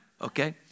okay